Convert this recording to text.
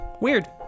weird